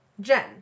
Jen